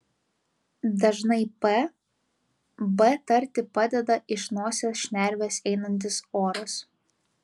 dažnai p b tarti padeda iš nosies šnervės einantis oras